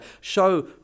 show